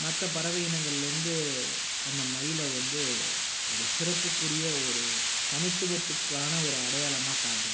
மற்ற பறவை இனங்கலேருந்து அந்த மயிலை வந்து ஒரு சிறப்புக்குரிய ஒரு தனித்துவத்துக்கான ஒரு அடையாளமாக காட்டுது